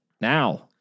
now